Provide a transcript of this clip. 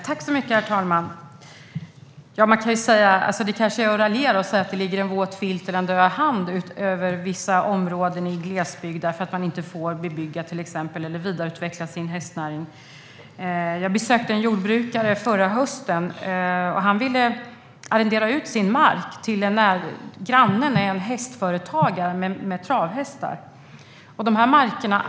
Herr talman! Det kanske är att raljera att säga att det ligger en våt filt eller en död hand över vissa områden i glesbygden därför att man till exempel inte får bebygga en plats eller vidareutveckla sin hästnäring. Men jag besökte förra hösten en jordbrukare som ville arrendera ut sin mark till en granne som är hästföretagare med travhästar.